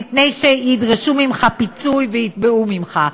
מפני שידרשו ממך פיצוי ויתבעו ממך.